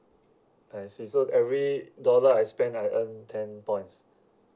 I see so every dollar I spend I earn ten points